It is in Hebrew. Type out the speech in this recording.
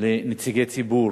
לנציגי ציבור